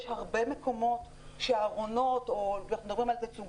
יש הרבה מקומות שבהם הארונות תקולים,